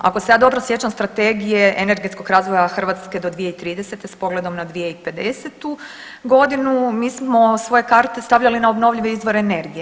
Ako se ja dobro sjećam Strategije energetskog razvoja Hrvatske do 2030. s pogledom na 2050. godinu mi smo svoje karte stavljali na obnovljive izvore energije.